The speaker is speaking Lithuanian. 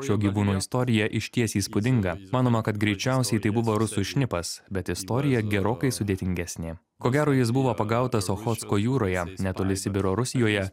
šio gyvūno istorija išties įspūdinga manoma kad greičiausiai tai buvo rusų šnipas bet istorija gerokai sudėtingesnė ko gero jis buvo pagautas ochotsko jūroje netoli sibiro rusijoje